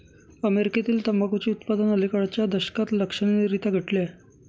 अमेरीकेतील तंबाखूचे उत्पादन अलिकडच्या दशकात लक्षणीयरीत्या घटले आहे